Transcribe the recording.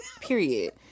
Period